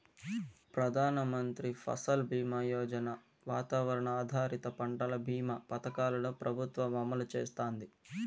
ప్రధాన మంత్రి ఫసల్ బీమా యోజన, వాతావరణ ఆధారిత పంటల భీమా పథకాలను ప్రభుత్వం అమలు చేస్తాంది